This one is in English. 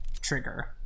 trigger